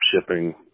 shipping